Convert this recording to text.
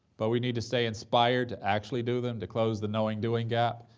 but we need to stay inspired to actually do them, to close the knowing-doing gap,